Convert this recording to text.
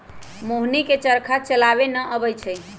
मोहिनी के चरखा चलावे न अबई छई